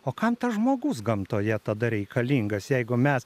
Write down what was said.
o kam tas žmogus gamtoje tada reikalingas jeigu mes